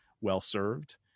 well-served